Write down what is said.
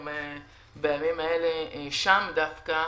בימים האלה הייתי שם דווקא,